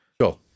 Sure